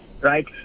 right